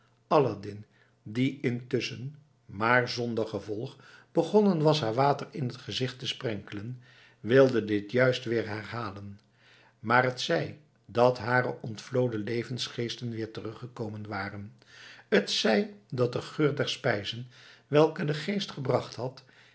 aladdin die intusschen maar zonder gevolg begonnen was haar water in t gezicht te sprenkelen wilde dit juist weer herhalen maar t zij dat hare ontvloden levensgeesten weer teruggekomen waren t zij dat de geur der spijzen welke de geest gebracht had